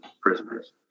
prisoners